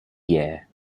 year